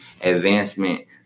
advancement